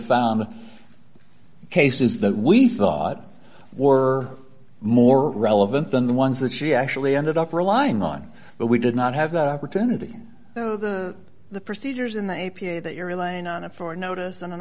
found cases that we thought were more relevant than the ones that she actually ended up relying on but we did not have that opportunity the procedures in the a p a that you're relying on it for a notice and an